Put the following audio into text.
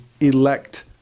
elect